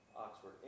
Oxford